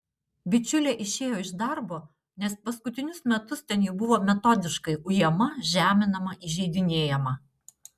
bičiulė išėjo iš darbo nes paskutinius metus ten ji buvo metodiškai ujama žeminama įžeidinėjama